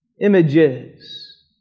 images